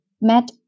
met